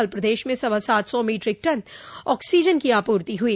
कल प्रदेश में सवा सात सौ मीट्रिक टन ऑक्सीजन की आपूर्ति हुई